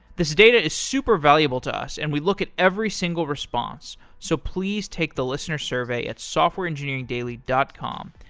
this data is super valuable to us and we look at every single response, so please take the listener survey at softwareengineeringdaily dot com.